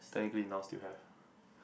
technically now still have